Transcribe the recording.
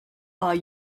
are